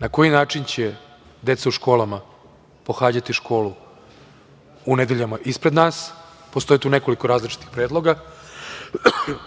na koji način će deca u školama pohađati školu u nedeljama ispred nas, postoje tu nekoliko različitih predloga.